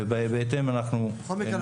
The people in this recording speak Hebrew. ובהתאם אנחנו נוכל --- בכל מקרה,